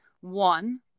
one